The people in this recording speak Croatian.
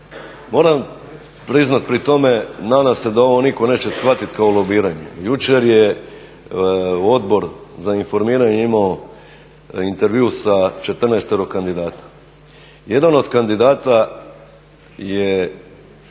moram priznati pri tome, nadam se da ovo nitko neće shvatiti kao lobiranje, jučer je Odbor za informiranje imao intervju sa 14 kandidata. Jedan od kandidata je